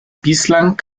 bislang